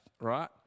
right